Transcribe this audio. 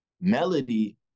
melody